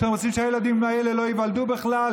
שאתם רוצים שהילדים האלה לא ייוולדו בכלל,